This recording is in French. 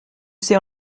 sais